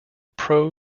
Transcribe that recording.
pro